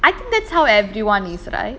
ya I think that's how everyone is right